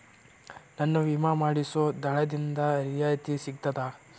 ನನ್ನ ವಿಮಾ ಮಾಡಿಸೊ ದಲ್ಲಾಳಿಂದ ರಿಯಾಯಿತಿ ಸಿಗ್ತದಾ?